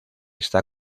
está